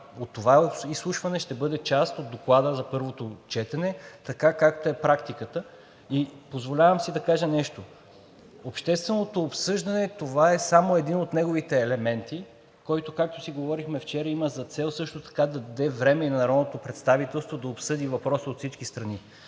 от това изслушване ще бъде част от доклада за първото четене, така както е практиката. Позволявам си да кажа нещо. Общественото обсъждане – това е само един от неговите елементи, който, както си говорихме вчера, има за цел също така да даде време и на народното представителство да обсъди въпроса от всички страни.